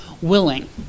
willing